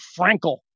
Frankel